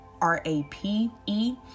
r-a-p-e